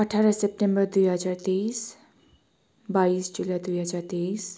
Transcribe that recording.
अठार सेप्टेम्बर दुई हजार तेइस बाइस जुलाई दुई हजार तेइस